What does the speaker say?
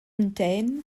mountain